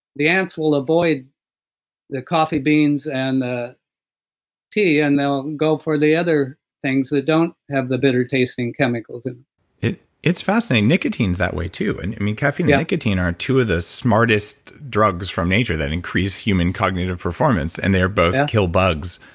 the ants will avoid the coffee beans and the tea. and they'll go for the other things that don't have the bitter-tasting chemicals and it's fascinating. nicotine is that way too. and i mean, caffeine and nicotine are two of the smartest drugs from asia that increase human cognitive performance. and they both kill bugs,